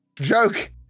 joke